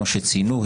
כמו שציינו,